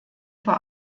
vor